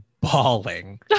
bawling